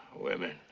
women.